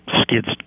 skids